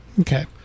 okay